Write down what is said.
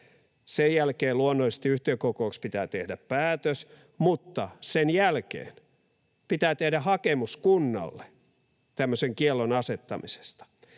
Sen jälkeen luonnollisesti yhtiökokouksessa pitää tehdä päätös, mutta sen jälkeen pitää tehdä hakemus kunnalle tämmöisen kiellon asettamisesta.